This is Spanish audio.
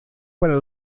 para